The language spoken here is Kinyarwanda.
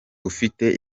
ufite